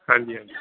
ਹਾਂਜੀ ਹਾਂਜੀ